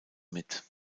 mit